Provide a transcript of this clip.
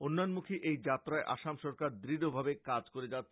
উন্নয়নমূখী এই যাত্রায় আসাম সরকার দৃঢ়ভাবে এগিয়ে যাচ্ছে